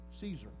Caesar